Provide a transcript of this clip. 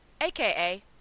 aka